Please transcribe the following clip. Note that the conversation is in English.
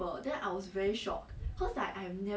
!huh! then you got go back and ask him or not